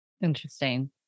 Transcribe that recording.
Interesting